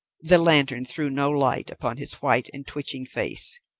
the lantern threw no light upon his white and twitching face.